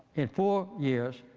in four years,